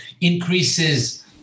increases